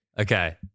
Okay